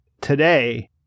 today